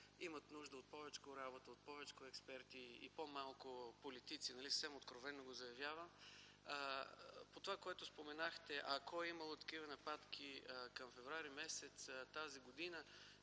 имат нужда от повечко работа, от повечко експерти и по-малко политици. Съвсем откровено го заявявам. По това, което споменахте. Ако е имало такива нападки към м. февруари т.г., разбира